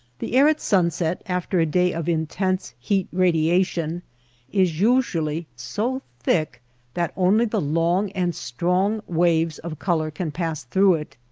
the air at sunset after a day of intense heat-radiation is usually so thick that only the long and strong waves of color can pass through it.